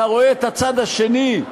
אתה רואה את הצד השני,